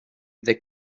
they